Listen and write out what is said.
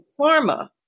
pharma